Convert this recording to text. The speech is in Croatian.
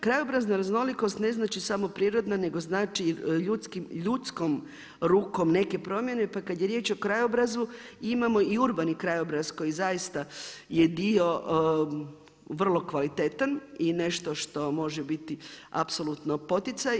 Krajobrazna raznolikost ne znači samo prirodna, nego znači ljudskom rukom neke promjene, pa kad je riječ o krajobrazu imamo i urbani krajobraz koji zaista je dio vrlo kvalitetan i nešto što može biti apsolutno poticaj.